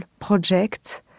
project